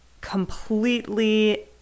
completely